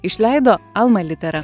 išleido alma litera